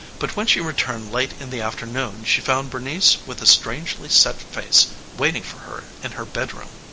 but when she returned late in the afternoon she found bernice with a strangely set face waiting for her in her bedroom.